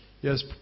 Yes